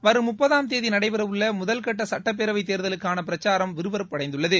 வரும் முப்பதாம் தேதி நடைபெறவுள்ள முதல் கட்ட சட்டப்பேரவை தேர்தலுக்கான பிரச்சாரம் விறுவிறுப்படைந்துள்ளது